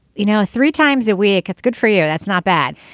you know three times a week it's good for you. that's not bad.